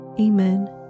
amen